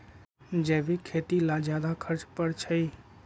जैविक खेती ला ज्यादा खर्च पड़छई?